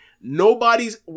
Nobody's